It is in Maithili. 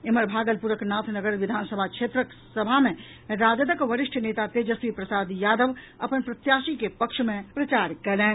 एम्हर भागलपुरक नाथनगर विधानसभा क्षेत्रक सभा मे राजदक वरिष्ठ नेता तेजस्वी प्रसाद यादवक अपन प्रत्याशी के पक्ष मे प्रचार कयलनि